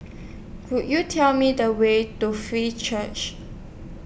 Could YOU Tell Me The Way to Free Church